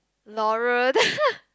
Laura